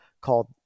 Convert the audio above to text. called